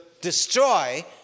destroy